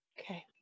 okay